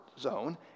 zone